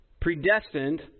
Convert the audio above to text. predestined